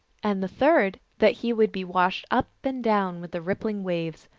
and the third, that he would be washed up and down with the rippling waves,